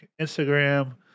Instagram